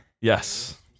Yes